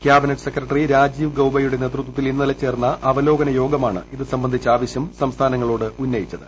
cabinet secretary Rajiv ഗൌബയുടെ നേതൃത്വത്തിൽ ഇന്നലെ ചേർന്ന അവലോകനയോഗമാണ് ഇത് സ്ലംബന്ധിച്ച ആവശ്യം സംസ്ഥാനങ്ങളോട് ഉന്നയിച്ചത്